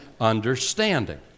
understanding